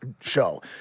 show